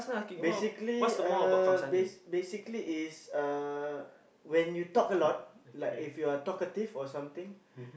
basically uh bas~ basically is uh when you talk a lot like if you're talkative or something